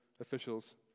officials